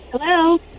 hello